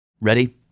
Ready